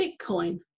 bitcoin